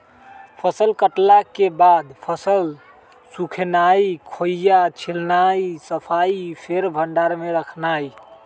फसल कटला के बाद फसल सुखेनाई, खोइया छिलनाइ, सफाइ, फेर भण्डार में रखनाइ